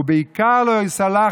ובעיקר לא ייסלח,